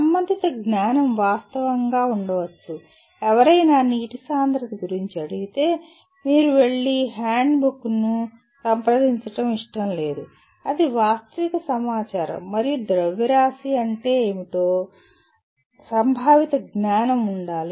సంబంధిత జ్ఞానం వాస్తవంగా ఉండవచ్చు ఎవరైనా నీటి సాంద్రత గురించి అడిగితే మీరు వెళ్లి హ్యాండ్బుక్ను సంప్రదించడం ఇష్టం లేదు అది వాస్తవిక సమాచారం మరియు ద్రవ్యరాశి అంటే ఏమిటో సంభావిత సమాచారం సంభావిత జ్ఞానం ఉండాలి